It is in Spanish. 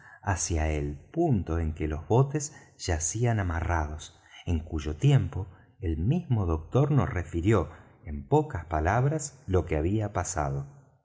hacia el punto en que los botes yacían amarrados en cuyo tiempo el mismo doctor nos refirió en pocas palabras lo que había pasado